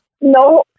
No